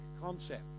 concept